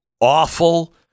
awful